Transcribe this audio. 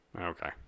Okay